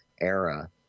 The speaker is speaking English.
era